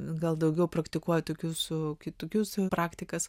gal daugiau praktikuoja su kitokius praktikas